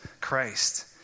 Christ